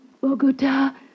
Bogota